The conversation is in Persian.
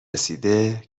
رسیده